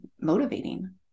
motivating